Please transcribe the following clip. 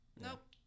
nope